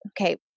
okay